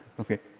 okay?